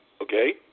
okay